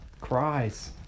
cries